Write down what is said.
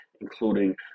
including